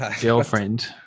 girlfriend